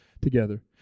together